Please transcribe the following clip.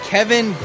Kevin